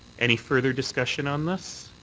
any further discussion on this?